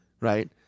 right